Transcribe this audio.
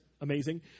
amazing